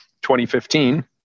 2015